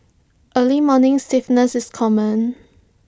early morning stiffness is common